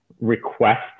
request